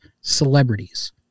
celebrities